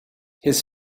his